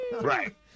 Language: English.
Right